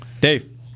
Dave